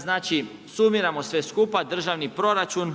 znači sumiramo sve skupa, državni proračun,